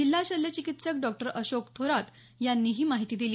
जिल्हा शल्य चिकित्सक डॉ अशोक थोरात यांनी ही माहिती दिली